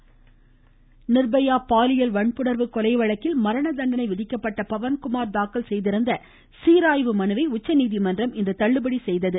உச்சநீதிமன்றம் நிர்பயா பாலியல் வன்புணர்வு கொலை வழக்கில் மரண தண்டனை விதிக்கப்பட்ட பவன்குமார் தாக்கல் செய்திருந்த சீராய்வு மனுவை உச்சநீதிமன்றம் இன்று தள்ளுபடி செய்தது